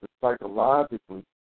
psychologically